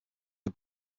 are